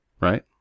right